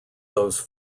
those